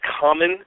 common